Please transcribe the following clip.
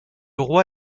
roi